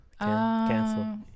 cancel